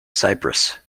cyprus